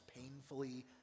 painfully